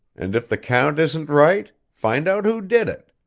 and if the count isn't right, find out who did it.